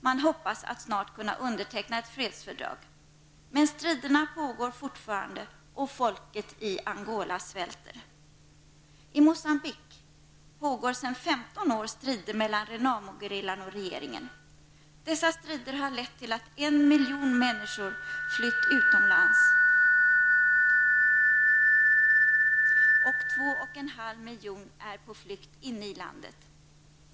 Man hoppas att snart kunna underteckna ett fredsfördrag. Men striderna pågår fortfarande, och folket i Angola svälter. I Moçambique pågår sedan 15 år strider mellan Renamo-gerillan och regeringen. Dessa strider har lett till att en miljon människor flytt utomlands och två och en halv miljon är på flykt inne i landet.